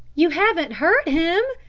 you haven't hurt him?